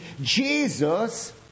Jesus